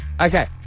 Okay